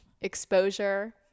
exposure